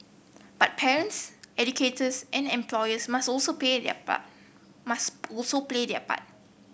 but parents educators and employers must also play their part must also play their part